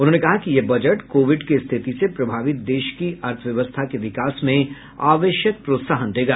उन्होंने कहा कि यह बजट कोविड की रिथति से प्रभावित देश की अर्थव्यवस्था के विकास में आवश्यक प्रोत्साहन देगा